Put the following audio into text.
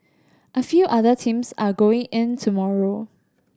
a few other teams are going in tomorrow